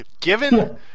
Given